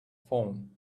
phone